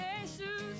Jesus